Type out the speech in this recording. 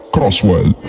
Crosswell